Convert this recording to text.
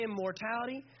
immortality